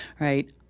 right